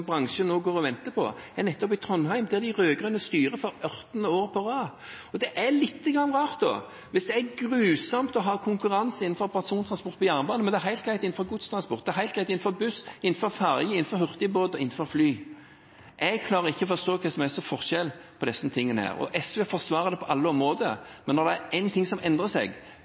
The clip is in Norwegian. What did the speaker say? bransjen nå går og venter på, er nettopp i Trondheim, der de rød-grønne styrer for ørtende året på rad. Det er litt rart hvis det er grusomt å ha konkurranse innenfor persontransport på jernbane, men det er helt greit innenfor godstransport, det er helt greit når det gjelder buss, ferge, hurtigbåt og fly. Jeg klarer ikke å forstå hva som er forskjellen på dette. SV forsvarer det på alle områder, men når det er én ting som endrer seg,